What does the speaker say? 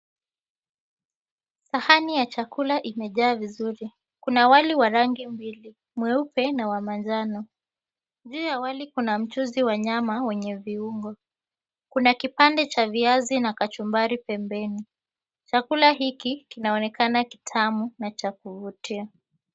Sahani ya chakula imejaa vizuri. Kuna wali wa rangi mbili, mweupe na wa manjano. Juu ya wali kuna mchuzi wa nyama wenye viungo. Kuna kipande cha viazi na kachumbari pembeni. Chakula hiki, kinaonekana kitamu na cha kuvutia.